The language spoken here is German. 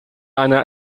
einer